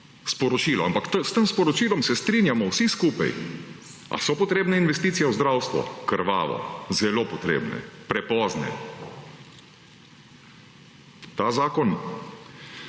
sporočilo. Ampak s tem sporočilom se strinjamo vsi skupaj. A so potrebne investicije v zdravstvo? Krvavo, zelo potrebne, prepozne. Ta zakon